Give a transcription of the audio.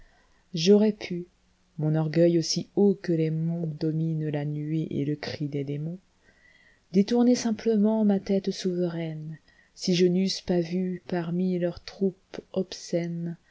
aurais pu mon orgueil aussi haut que les montsdomine la nuée et le cri des démons détourner simplement ma tête souveraine si je n'eusse pas vu parmi leur troupe obscène